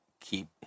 keep